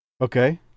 Okay